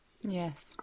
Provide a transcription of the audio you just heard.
Yes